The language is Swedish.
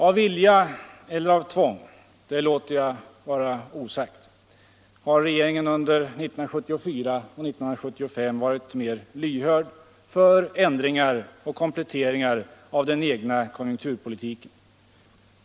Av vilja eller av tvång — det låter jag vara osagt — har regeringen under 1974 och 1975 varit mer lyhörd för ändringar och kompletteringar av den egna konjunkturpolitiken.